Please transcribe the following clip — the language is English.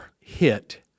hit